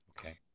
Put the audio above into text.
Okay